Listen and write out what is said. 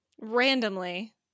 Randomly